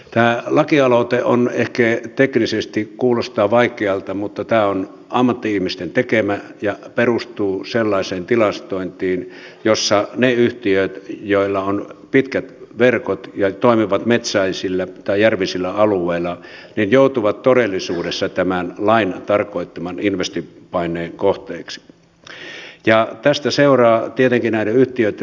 tämä lakialoite ehkä teknisesti kuulostaa vaikealta mutta tämä on ammatti ihmisten tekemä ja perustuu sellaiseen tilastointiin jossa ne yhtiöt joilla on pitkät verkot ja jotka toimivat metsäisillä tai järvisillä alueilla joutuvat todellisuudessa tämän lain tarkoittaman investointipaineen kohteeksi ja tästä seuraa tietenkin näiden yhtiöitten velkaantuminen